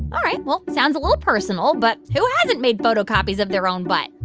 all right. well, sounds a little personal, but who hasn't made photocopies of their own butt?